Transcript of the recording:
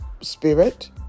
spirit